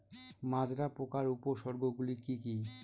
মাজরা পোকার উপসর্গগুলি কি কি?